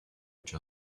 each